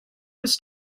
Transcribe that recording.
was